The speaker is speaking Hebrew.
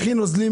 נוזלים,